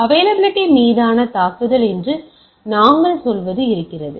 எனவே அவைலபிலிட்டி மீதான தாக்குதல் என்று நாங்கள் சொல்வது இருக்கிறது